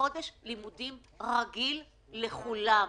חודש לימודים רגיל לכולם,